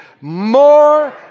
more